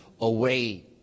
away